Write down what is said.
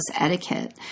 etiquette